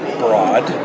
broad